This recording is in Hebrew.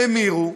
האמירו,